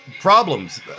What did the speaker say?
problems